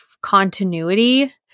continuity